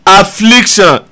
affliction